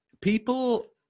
people